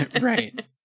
Right